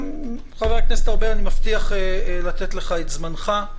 חבר הכנסת ארבל, אני מבטיח לתת לך את זמנך.